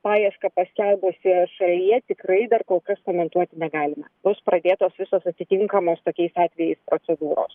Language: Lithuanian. paiešką paskelbusioje šalyje tikrai dar kol kas komentuoti negalime bus pradėtos visos atitinkamos tokiais atvejais procedūros